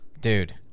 Dude